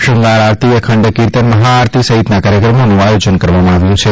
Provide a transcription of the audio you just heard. શ્રૃંગાર આરતી અખંડ કિર્તન મહાઆરતી સહિતના કાર્યક્રમોનો આયોજન કરવામાં આવ્યું છે